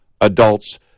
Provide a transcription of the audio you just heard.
adults